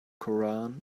koran